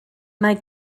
mae